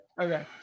Okay